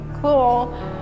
cool